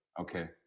Okay